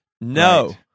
no